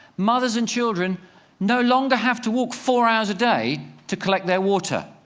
mothers and children no longer have to walk four hours a day to collect their water.